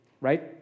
right